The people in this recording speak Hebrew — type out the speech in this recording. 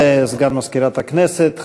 תודה לסגן מזכירת הכנסת.